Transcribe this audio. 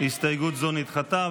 ההסתייגות נדחתה.